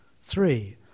Three